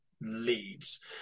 leads